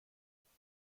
chest